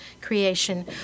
creation